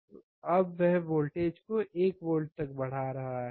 तो अब वह वोल्टेज को 1 वोल्ट तक बढ़ा रहा है